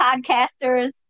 podcasters